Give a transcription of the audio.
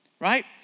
Right